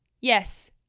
Yes